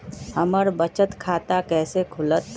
हमर बचत खाता कैसे खुलत?